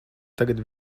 tagad